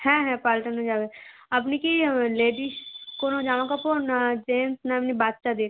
হ্যাঁ হ্যাঁ পাল্টানো যাবে আপনি কি লেডিস কোনো জামা কাপড় না জেন্টস না এমনি বাচ্চাদের